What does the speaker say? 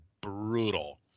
brutal